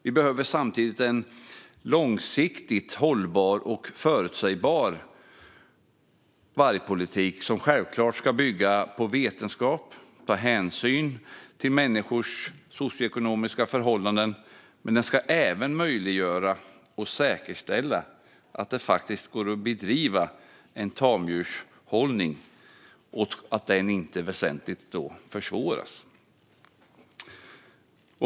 Vi behöver en långsiktigt hållbar och förutsägbar vargpolitik som självklart ska bygga på vetenskap och ta hänsyn till människors socioekonomiska förhållanden. Men den ska även möjliggöra och säkerställa att det går att bedriva en tamdjurshållning och att den inte väsentligt försvåras.